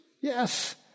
Yes